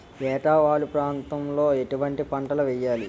ఏటా వాలు ప్రాంతం లో ఎటువంటి పంటలు వేయాలి?